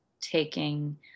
taking